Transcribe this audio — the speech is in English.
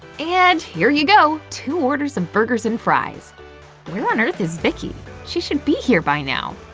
and here you go to order some burgers and fries where on earth is vicky she should be here by now